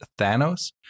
Thanos